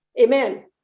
Amen